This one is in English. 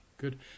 Good